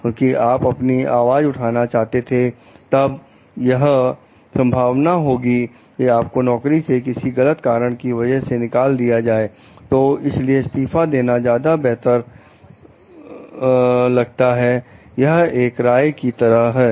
क्योंकि आप अपनी आवाज उठाना चाहते थे तब यह संभावना होगी कि आपको नौकरी से किसी गलत कारण की वजह से निकाल दिया जाए तो इसलिए इस्तीफा देना ज्यादा बैटर लगता है यह एक राय की तरह है